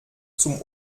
zum